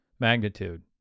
magnitude